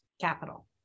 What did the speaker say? capital